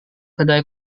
kedai